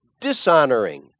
dishonoring